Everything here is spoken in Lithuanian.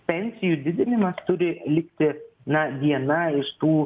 pensijų didinimas turi likti na viena iš tų